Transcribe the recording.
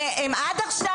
עד עכשיו